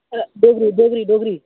अ Dogri Dogri Dogri